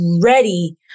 ready